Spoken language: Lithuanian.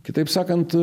kitaip sakant